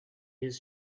his